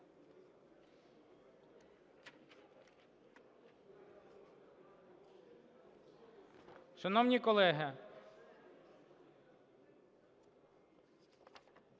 Шановні колеги,